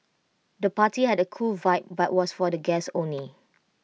the party had A cool vibe but was for guests only